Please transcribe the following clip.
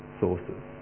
sources